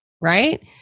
right